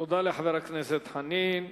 תודה לחבר הכנסת חנין.